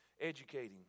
educating